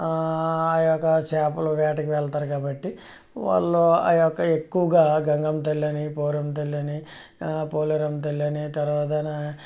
ఆ యొక్క చేపల వేటకు వెళ్తారు కాబట్టి వాళ్ళు ఆ యొక్క ఎక్కువగా గంగమ్మ తల్లని పోరమ్మ తల్లని పోలేరమ్మ తల్లని తర్వాత